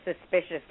suspicious